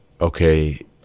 okay